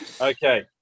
Okay